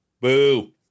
boo